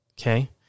Okay